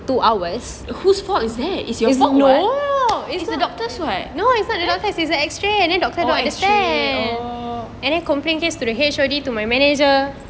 whose fault is that is your fault [what] it's the doctor's [what] oh X-ray oh